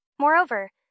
Moreover